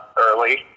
early